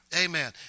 amen